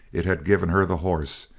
it had given her the horse.